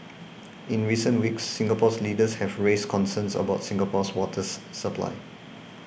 in recent weeks Singapore leaders have raised concerns about Singapore's water supply